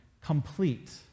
complete